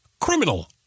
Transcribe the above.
criminal